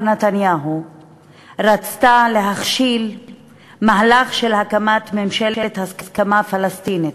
נתניהו רצתה להכשיל מהלך של הקמת ממשלת הסכמה פלסטינית,